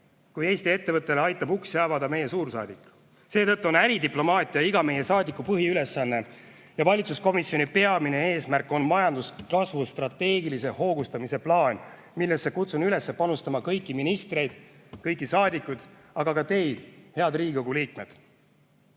kui Eesti ettevõttele aitab uksi avada meie suursaadik. Seetõttu on äridiplomaatia iga meie saadiku põhiülesanne ja valitsuskomisjoni peamine eesmärk on majanduskasvu strateegilise hoogustamise plaan, millesse kutsun üles panustama kõiki ministreid, kõiki Eesti saadikuid, aga ka teid, head Riigikogu liikmed.